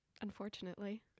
unfortunately